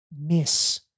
miss